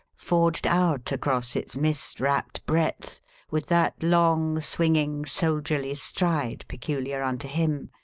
forged out across its mist-wrapped breadth with that long, swinging, soldierly stride peculiar unto him,